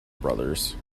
brothers